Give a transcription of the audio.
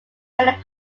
many